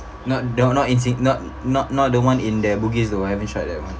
not the not in sing~ not not the one in the bugis the whatever shop that I went